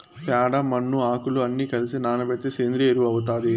ప్యాడ, మన్ను, ఆకులు అన్ని కలసి నానబెడితే సేంద్రియ ఎరువు అవుతాది